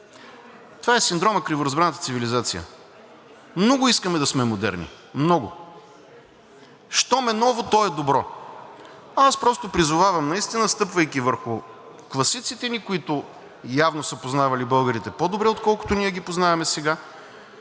Това е синдромът „криворазбраната цивилизация“ – много искаме да сме модерни, много. Щом е ново, то е добро. Аз призовавам – стъпвайки върху класиците ни, които явно са познавали българите по-добре, отколкото ние ги познаваме сега,